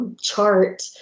Chart